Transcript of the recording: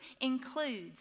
includes